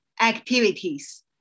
activities